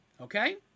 Okay